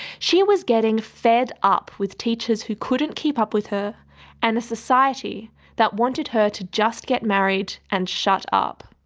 she was getting fed up with teachers who couldn't keep up with her and a society that wanted her to just get married and shut up.